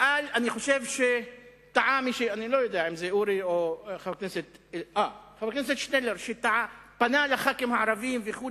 אני חושב שטעה חבר הכנסת שנלר שפנה לחברי הכנסת הערבים וכו',